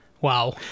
wow